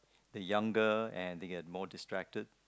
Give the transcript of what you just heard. they're younger and they get more distracted